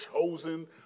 chosen